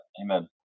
Amen